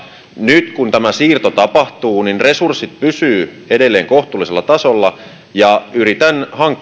nyt kun tämä siirto tapahtuu niin resurssit pysyvät edelleen kohtuullisella tasolla ja yritän hankkia tähän